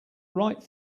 right